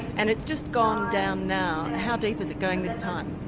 and it's just gone down now. how deep is it going this time?